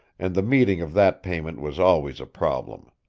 and the meeting of that payment was always a problem.